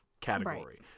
category